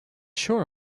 sure